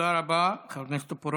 תודה רבה, חבר הכנסת טופורובסקי.